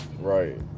Right